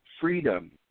freedom